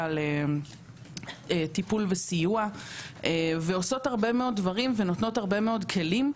לטיפול ולסיוע ונותנות הרבה מאוד כלים.